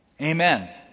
amen